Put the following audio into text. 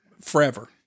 forever